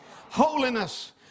Holiness